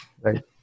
Right